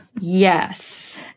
Yes